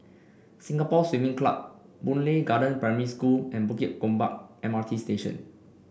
Singapore Swimming Club Boon Lay Garden Primary School and Bukit Gombak M R T Station